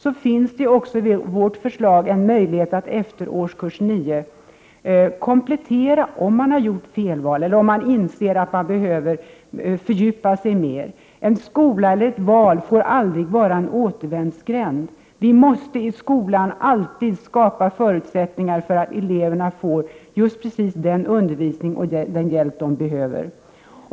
83 Enligt vårt förslag finns det möjligheter att efter årskurs 9 göra kompletteringar, om man har gjort felval eller om man behöver fördjupa sig mera i ett ämne. En skola eller ett val får aldrig bli en återvändsgränd. Vi måste skapa sådana förutsättningar i skolan att eleverna alltid får just den undervisning och hjälp som de behöver.